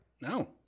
No